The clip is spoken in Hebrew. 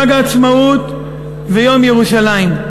חג העצמאות ויום ירושלים.